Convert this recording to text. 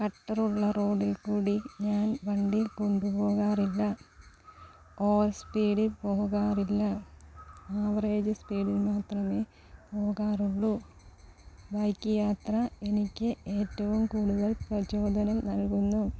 കട്ടറുള്ള റോഡിൽ കൂടി ഞാൻ വണ്ടി കൊണ്ടുപോകാറില്ല ഓവർ സ്പീഡിൽ പോകാറില്ല ആവറേജ് സ്പീഡിൽ മാത്രമേ പോകാറുള്ളൂ ബൈക്ക് യാത്ര എനിക്ക് ഏറ്റവും കൂടുതൽ പ്രചോദനം നൽകുന്നു